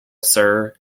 sir